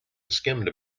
skimmed